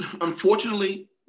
unfortunately